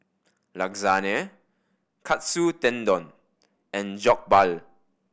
Lasagne Katsu Tendon and Jokbal